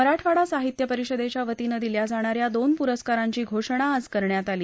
मराठवाडा साहित्य परिषदेच्या वतीनं दिल्या जाणाऱ्या दोन पुरस्कारांची घोषणा आज करण्यात आली